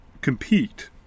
compete